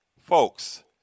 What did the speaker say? Folks